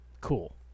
Cool